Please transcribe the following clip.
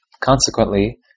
Consequently